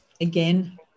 Again